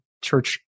church